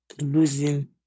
losing